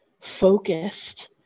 focused